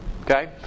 Okay